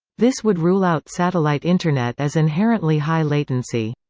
this would rule out satellite internet as inherently high-latency.